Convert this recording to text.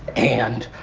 and